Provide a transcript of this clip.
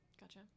Gotcha